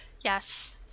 yes